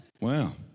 Wow